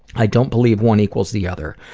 i don't believe one equals the other.